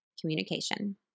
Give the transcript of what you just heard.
communication